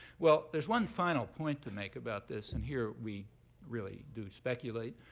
well, there's one final point to make about this. and here, we really do speculate.